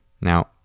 Now